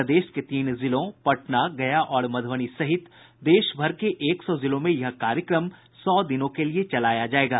प्रदेश के तीन जिलों पटना गया और मध्बनी सहित देश भर के एक सौ जिलों में यह कार्यक्रम सौ दिनों के लिये चलाया जायेगा